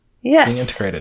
Yes